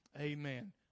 Amen